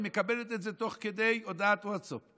היא מקבלת את זה תוך כדי הודעת ווטסאפ,